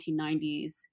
1990s